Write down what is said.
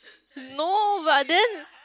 no but then